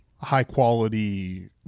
high-quality